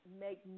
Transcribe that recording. make